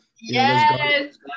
yes